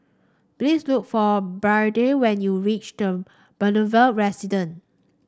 please look for Biddie when you reach The Boulevard Residence